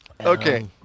Okay